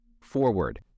forward